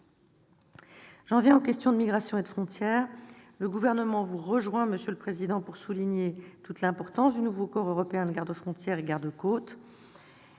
J'en viens aux questions de migrations et de frontières. Le Gouvernement vous rejoint, monsieur le président, pour souligner toute l'importance du nouveau corps européen de gardes-frontières et gardes-côtes